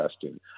testing